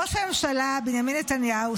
ראש הממשלה בנימין נתניהו,